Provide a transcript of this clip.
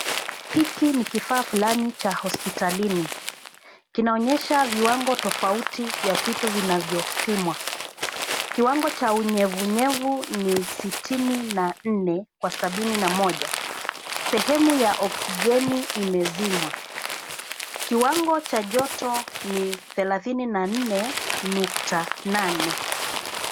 Hiki ni kifaa fulani cha hospitalini. Kinaonyesha viwango tofauti vya vitu vinavyopimwa. Kiwango cha unyevunyevu ni sitini na nne kwa sabini na moja. Sehemu ya oksijeni imezimwa. Kiwango cha joto ni thelathini na nne nukta nane.